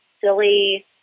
silly